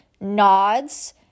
nods